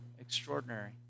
extraordinary